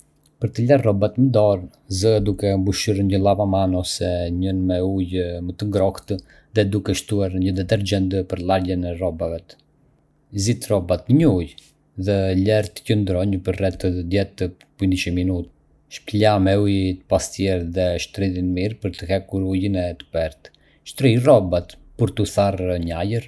Për të larë rrobat me dorë, zë duke mbushur një lavaman ose një enë me ujë të ngrohtë dhe duke shtuar një detergjent për larjen e rrobave. Zhyt rrobat në ujë dhe lëre të qëndrojnë për rreth 10-15 minuta. Pastaj, fërko me kujdes zonat e ndotura, shpëla me ujë të pastër dhe shtrydhi mirë për të hequr ujin e tepërt. Shtrij rrobat për t'u tharë në ajër.